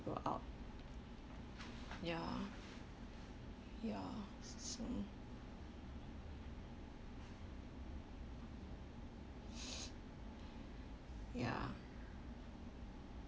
out ya ya same ya